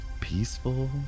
peaceful